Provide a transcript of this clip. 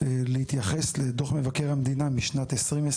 להתייחס לדו"ח מבקר המדינה משנת 2020,